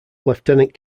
lieutenant